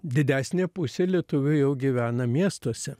didesnė pusė lietuvių jau gyvena miestuose